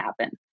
happen